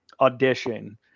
audition